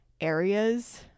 areas